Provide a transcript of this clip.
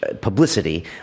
publicity